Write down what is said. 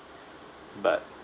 but